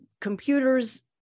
computers